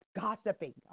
gossiping